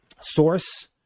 source